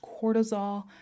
cortisol